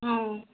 অঁ